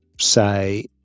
say